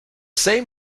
same